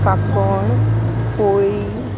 Canacona पोळी